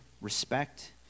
respect